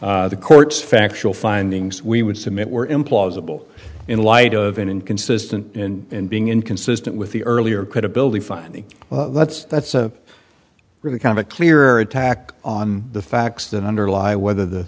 the court's factual findings we would submit were implausible in light of an inconsistent in being inconsistent with the earlier credibility finding that's that's a really kind of a clear attack on the facts that underlie whether the